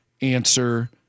answer